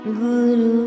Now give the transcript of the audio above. guru